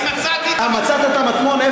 אני מצאתי את המטמון.